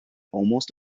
almost